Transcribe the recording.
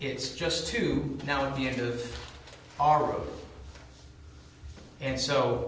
it's just to now at the end of our road and so